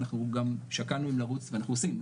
אנחנו גם שקלנו לרוץ ואנחנו עושים,